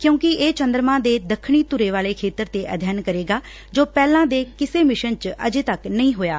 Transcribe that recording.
ਕਿਉਂਕੇ ਇਹ ਚੰਦਰਮਾ ਦੇ ਦੱਖਣੀ ਧੁਰੇ ਵਾਲੇ ਖੇਤਰ ਦਾ ਅਧਿਐਨ ਕਰੇਗਾ ਜੋ ਪਹਿਲੇ ਕਿਸੇ ਮਿਸ਼ਨ ਚ ਅਜੇ ਤੱਕ ਨਹੀ ਹੋਇਆ